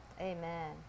Amen